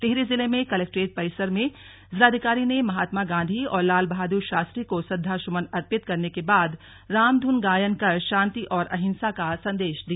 टिहरी जिले में कलेक्ट्रेट परिसर में जिलाधिकारी ने महात्मा गांधी और लाल बहादुर शास्त्री को श्रद्वासुमन अर्पित करने के बाद राम धुन गायन कर शांति और अहिंसा का संदेश दिया